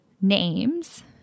names